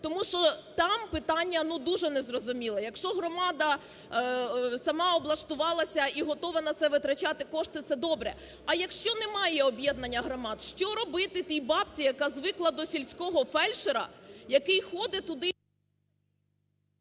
тому що там питання дуже незрозуміле. Якщо громада сама облаштувалася і готова на це витрачати кошти, це добре. А якщо немає об'єднання громад, що робити тій бабці, яка звикла до сільського фельдшера, який ходить туди…